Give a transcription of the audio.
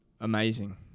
amazing